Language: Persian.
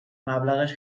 مبلغش